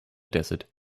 desert